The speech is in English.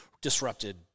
disrupted